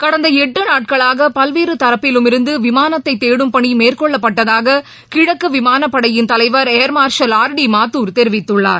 கடந்த எட்டு நாட்களாக பல்வேறு தரப்பிலுமிருந்து விமானத்தை தேடும் பணி மேற்கொள்ளப்பட்டதாக கிழக்கு விமானப்படையின் தலைவர் ஏர்மார்ஷல் ஆர் டி மாத்தூர் தெரிவித்துள்ளார்